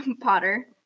Potter